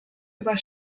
über